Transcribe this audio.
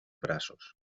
braços